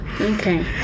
Okay